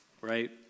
right